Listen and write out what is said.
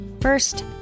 First